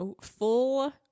full